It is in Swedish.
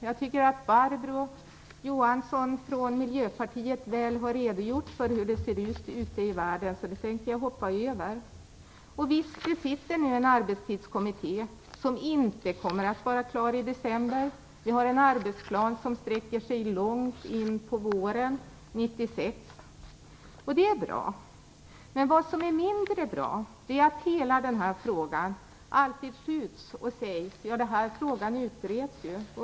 Jag tycker att Barbro Johansson från Miljöpartiet väl har redogjort för hur det ser ut ute i världen, så det tänker jag hoppa över. Nu sitter en arbetstidskommitté, som inte kommer att vara klar i december. Arbetsplanen sträcker sig långt in på våren 1996. Det är bra, men vad som är mindre bra är att hela den här frågan alltid skjuts upp och man säger att frågan utreds.